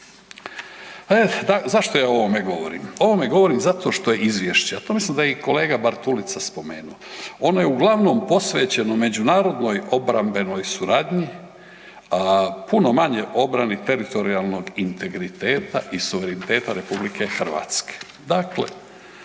Zašto ja o ovome govorim? O ovome govorim zato što je izvješće, to mislim da je i kolega Bartulica spomenuo, ono je uglavnom posvećeno međunarodnoj obrambenoj suradnji, a puno manje obrani teritorijalnog integriteta i suvereniteta RH. Dakle,